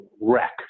wreck